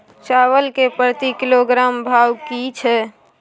चावल के प्रति किलोग्राम भाव की छै?